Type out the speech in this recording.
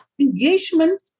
engagement